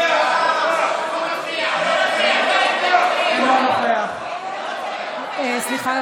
אינו נוכח סליחה,